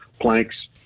planks